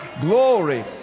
Glory